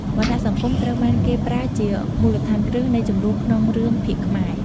វណ្ណៈសង្គមត្រូវបានគេប្រើជាមូលដ្ឋានគ្រឹះនៃជម្លោះក្នុងរឿងភាគខ្មែរ។